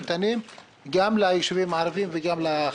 וגם מה